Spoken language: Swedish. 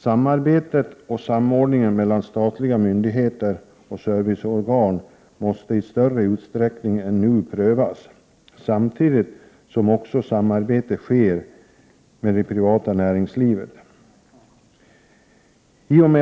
Samarbetet och samordningen mellan statliga myndigheter och serviceorgan måste i större utsträckning än nu kunna prövas, samtidigt som också samarbete sker med det privata näringslivet.